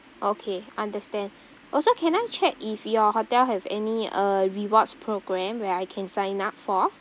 okay understand also can I check if your hotel have any uh rewards program where I can sign up for